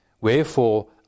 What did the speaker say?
Wherefore